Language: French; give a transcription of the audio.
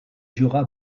jura